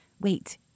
Wait